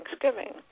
Thanksgiving